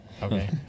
Okay